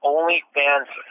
OnlyFans